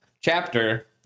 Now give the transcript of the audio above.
Chapter